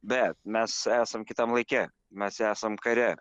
bet mes esam kitam laike mes esam kare